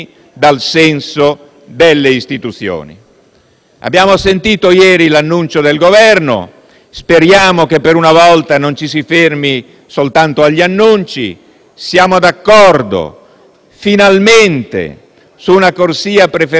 Abbiamo sentito ieri l'annuncio del Governo e speriamo che per una volta non ci si fermi soltanto agli annunci. Siamo d'accordo, finalmente, sull'adozione di una corsia preferenziale per certi reati,